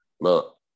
Look